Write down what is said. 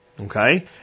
Okay